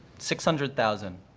six hundred thousand.